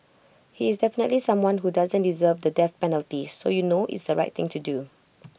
he is definitely someone who doesn't deserve the death penalty so you know it's the right thing to do